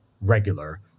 regular